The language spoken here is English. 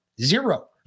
zero